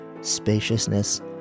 spaciousness